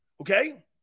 okay